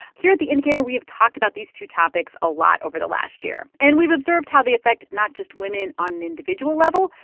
here at the indicator, we have talked about these two topics a lot over the last year. and we've observed how they affect not just women on an individual level,